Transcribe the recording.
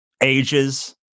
ages